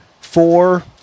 four